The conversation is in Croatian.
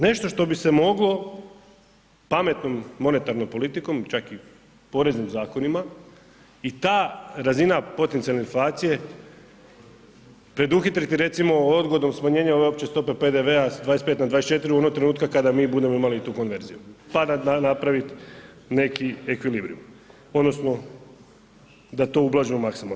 Nešto što bi se moglo pametnom monetarnom politikom, čak i poreznim zakonima i ta razina potencijalne inflacije preduhitriti recimo odgodom smanjenja ove opće stope PDV-a s 25 na 24 onog trenutka kada mi budemo imali tu konverziju, pa da napravit neki ekvilibriv odnosno da to ublažimo maksimalno.